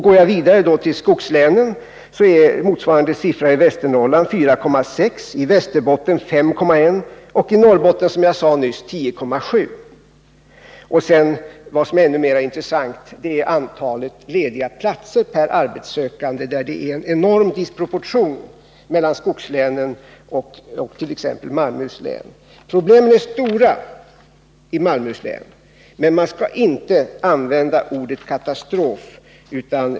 Går jag vidare till skogslänen finner jag att motsvarande siffror för Västernorrland är 4,6 90, för Västerbotten 5,1 20 och för Norrbotten, som jag sade nyss, 10,7 9. Ännu mera intressant är antalet lediga platser för arbetssökande, där det är en enorm disproportion mellan skogslänen och t.ex. Malmöhus län. Problemen är stora i Malmöhus län, men man skall inte använda ordet katastrof.